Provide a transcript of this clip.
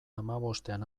hamabostean